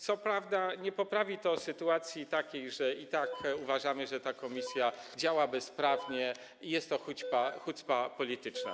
Co prawda nie poprawi to sytuacji, bo i tak uważamy, że ta komisja działa bezprawnie i jest to hucpa polityczna.